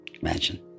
Imagine